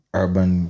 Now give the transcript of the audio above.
urban